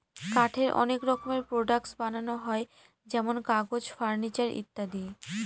কাঠের অনেক রকমের প্রডাক্টস বানানো হয় যেমন কাগজ, ফার্নিচার ইত্যাদি